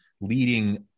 leading